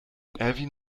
erwin